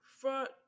front